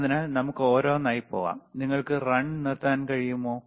അതിനാൽ നമുക്ക് ഓരോന്നായി പോകാം നിങ്ങൾക്ക് run നിർത്താൻ കഴിയുമോ